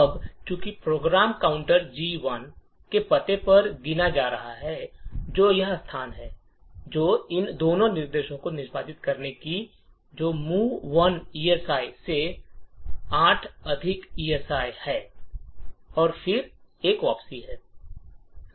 अब चूंकि program counter G 1 के पते पर गिना जा रहा है जो कि यह स्थान है जो इन दोनों निर्देशों को निष्पादित करेगा जो कि movi से 8 esi है और फिर एक वापसी है